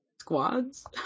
squads